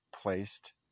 placed